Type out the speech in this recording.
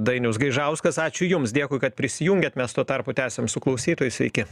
dainius gaižauskas ačiū jums dėkui kad prisijungėt mes tuo tarpu tęsiam su klausytojais sveiki